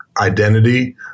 identity